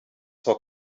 zwar